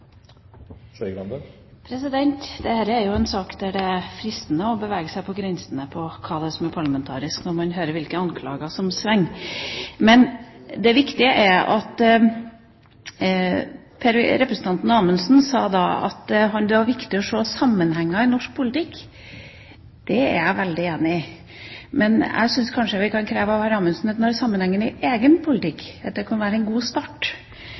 jo en sak der det er fristende å bevege seg på grensen av hva som er parlamentarisk, når man hører hvilke anklager som er i sving. Representanten Amundsen sa at det var viktig å se sammenhenger i norsk politikk. Det er jeg veldig enig i. Men jeg syns kanskje at vi kan kreve av hr. Amundsen at han ser sammenhengen i egen politikk. Det kan være en god start.